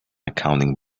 accounting